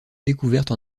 découvertes